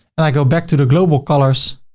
and i go back to the global colors